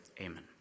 Amen